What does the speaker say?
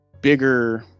bigger